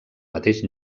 mateix